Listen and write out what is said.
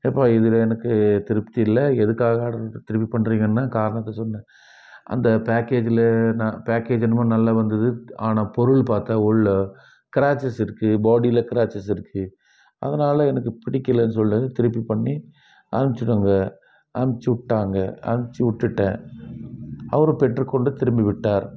ஏப்பா இதில் எனக்கு திருப்தி இல்லை எதுக்காக ஆர்டரை திருப்பி பண்ணுறிங்கன்னு காரணத்தை சொன்னேன் அந்த பேக்கேஜில் நான் பேக்கேஜி ரொம்ப நல்லா வந்துது ஆனால் பொருள் பார்த்தா உள்ளே கிராச்சஸ் இருக்கு பாடியில் கிராச்சஸ் இருக்கு அதனால் எனக்கு பிடிக்கலனு சொல்றே திருப்பி பண்ணி அனுப்பிச்சிட்டங்க அனுப்பிச்சி விட்டாங்க அனுப்பிச்சி விட்டுட்டேன் அவரும் பெற்றுகொண்டு திரும்பி விட்டார்